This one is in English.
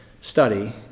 study